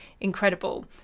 incredible